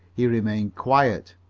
he remained quiet.